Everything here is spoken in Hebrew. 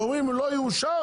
ואומרים: לא יאושר,